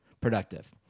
productive